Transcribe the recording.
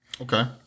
Okay